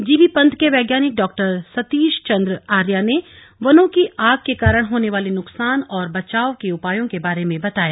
GB Pant के वैज्ञानिक डॉ सतीश चंद्र आर्या ने वनों की आग के कारण होने वाले नुकसान और बचाव के उपायों के बारे में बताया